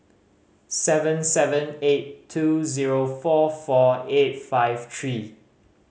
seven seven eight two zero four four eight five three